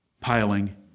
piling